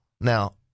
now